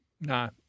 No